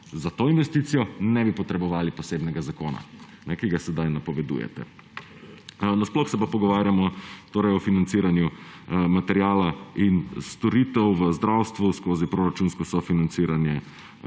Za to investicijo ne bi potrebovali posebnega zakona, ki ga zdaj napovedujete. Nasploh se pa pogovarjamo o financiranju materiala in storitev v zdravstvu skozi proračunsko sofinanciranje